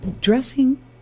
dressing